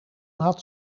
had